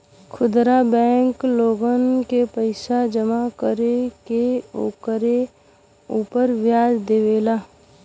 खुदरा बैंक लोगन के पईसा जमा कर के ओकरे उपर व्याज देवेला